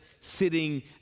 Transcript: sitting